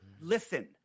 Listen